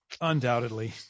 undoubtedly